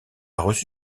reçu